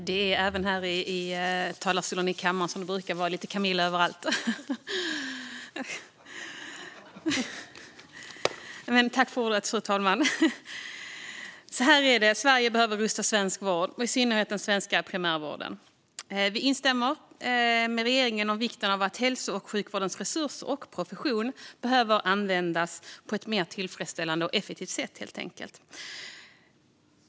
Fru talman! Sverige behöver rusta svensk vård och i synnerhet den svenska primärvården. Vi instämmer med regeringen om vikten av att hälso och sjukvårdens resurser och profession används på ett mer tillfredsställande och effektivt sätt, helt enkelt.